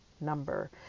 number